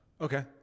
Okay